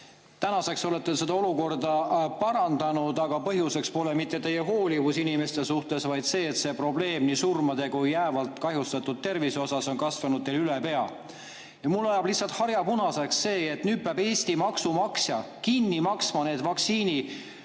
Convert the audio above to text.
Tänaseks olete seda olukorda parandanud, aga põhjuseks pole mitte teie hoolivus inimeste suhtes, vaid see, et see probleem nii surmade kui ka jäävalt kahjustatud tervise mõttes on kasvanud teil üle pea. Mul ajab lihtsalt harja punaseks see, et nüüd peab Eesti maksumaksja kinni maksma need vaktsiinikahjud,